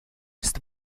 ist